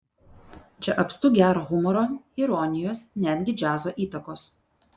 čia apstu gero humoro ironijos netgi džiazo įtakos